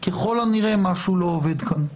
ככל הנראה משהו לא עובד כאן,